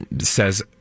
says